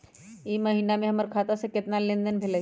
ई महीना में हमर खाता से केतना लेनदेन भेलइ?